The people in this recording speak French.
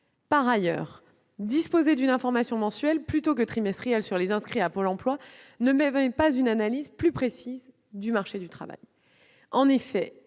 Par ailleurs, disposer d'une information mensuelle plutôt que trimestrielle sur les inscrits à Pôle emploi ne permet pas une analyse plus précise du marché du travail. En effet,